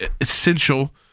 essential